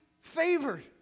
favored